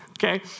Okay